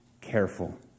careful